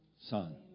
son